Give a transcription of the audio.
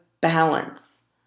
balance